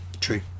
true